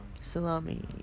salami